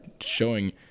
showing –